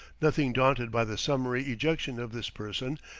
nothing daunted by the summary ejection of this person,